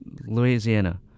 Louisiana